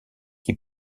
qui